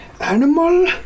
Animal